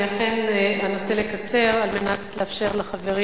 אני אנסה לקצר על מנת לאפשר לחברים